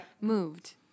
moved